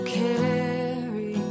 carry